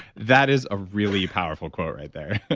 that is a really powerful quote right there.